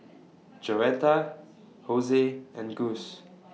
Joetta Jose and Gus